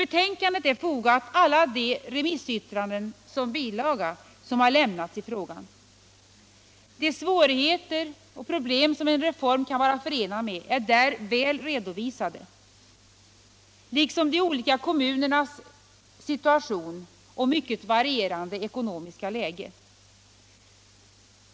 betänkandet har man fogat alla de remissyttranden som lämnats i frågan. De svårigheter och problem som en reform kan vara förenad med är där väl redovisade, liksom de olika kommunernas situation och mycket varierande ekonomiska läge.